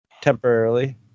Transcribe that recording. temporarily